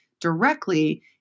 directly